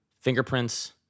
Fingerprints